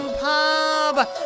Pub